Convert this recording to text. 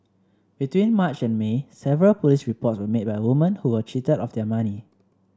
between March and May several police reports were made by woman who were cheated of their money